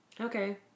Okay